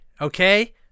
okay